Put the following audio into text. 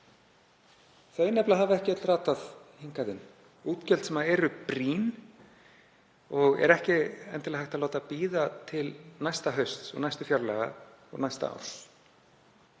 hafa nefnilega ekki öll ratað hingað inn, útgjöld sem eru brýn og er ekki endilega hægt að láta bíða til næsta hausts og næstu fjárlaga og næsta árs.